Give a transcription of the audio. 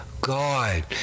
god